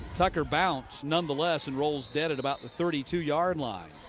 tucker bounce, nonetheless and rolls dead at about the thirty two yard line.